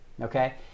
okay